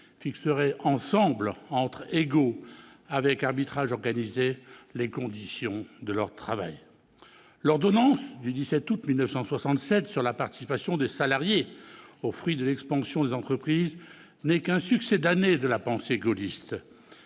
fixeraient ensemble entre égaux, avec arbitrage organisé, les conditions de leur travail. » L'ordonnance du 17 août 1967 sur la participation des salariés aux fruits de l'expansion des entreprises n'est qu'un succédané de la pensée gaulliste.